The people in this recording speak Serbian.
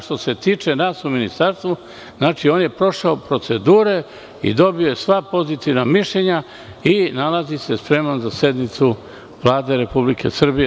Što se tiče nas u Ministarstvu, on je prošao procedure i dobio je sva pozitivna mišljenja i nalazi se spreman za sednicu Vlade Republike Srbije.